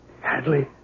Hadley